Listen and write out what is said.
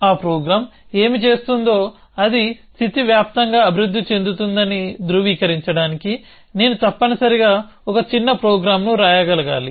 ఆ ప్రోగ్రామ్ ఏమి చేస్తుందో అది స్థితివ్యాప్తంగా అభివృద్ధి చెందుతుందని ధృవీకరించడానికి నేను తప్పనిసరిగా ఒక చిన్న ప్రోగ్రామ్ను వ్రాయగలగాలి